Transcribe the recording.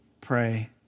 pray